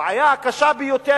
הבעיה קשה ביותר,